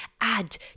add